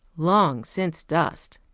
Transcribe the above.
long since dust.